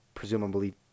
Presumably